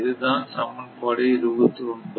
இதுதான் சமன்பாடு 29